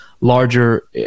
larger